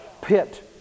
pit